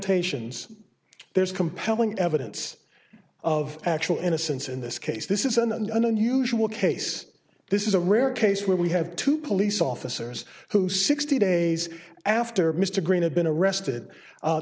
tations there is compelling evidence of actual innocence in this case this isn't an unusual case this is a rare case where we have two police officers who sixty days after mr greene have been arrested